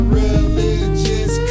religious